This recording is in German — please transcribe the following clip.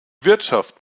wirtschaft